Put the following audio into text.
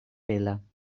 willen